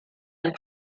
and